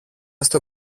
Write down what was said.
στο